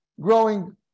growing